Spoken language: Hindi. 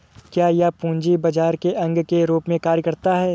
क्या यह पूंजी बाजार के अंग के रूप में कार्य करता है?